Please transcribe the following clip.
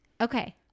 Okay